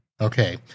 Okay